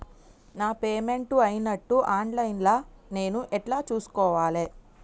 నా పేమెంట్ అయినట్టు online లా నేను ఎట్ల చూస్కోవాలే?